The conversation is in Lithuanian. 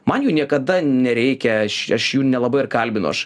man jų niekada nereikia aš aš jų nelabai ir kalbinu aš